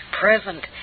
present